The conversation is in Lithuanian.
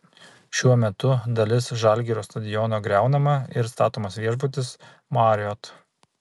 šiuo metu dalis žalgirio stadiono griaunama ir statomas viešbutis marriott